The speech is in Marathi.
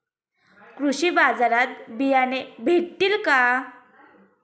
कृषी बाजारात बियाणे भेटतील का?